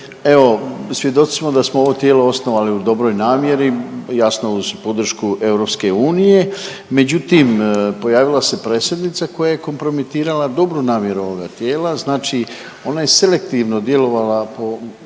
evo svjedoci smo da smo ovo tijelo osnovali u dobroj namjeri jasno uz podršku EU, međutim pojavila se predsjednica koja je kompromitirala dobru namjeru ovoga tijela. Znači ona je selektivno djelovala po,